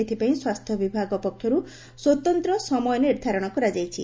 ଏଥିପାଇଁ ସ୍ୱାସ୍ସ୍ୟବିଭାଗ ପକ୍ଷରୁ ସ୍ୱତନ୍ତ ସମୟ ନିର୍କ୍ଷାରଣ କରାଯାଇଛି